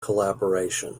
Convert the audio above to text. collaboration